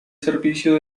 servicio